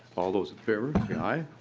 all those in favor say aye.